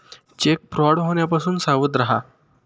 check fraud होण्यापासून सावध रहा